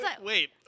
Wait